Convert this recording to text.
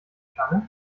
stange